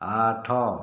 ଆଠ